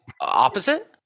opposite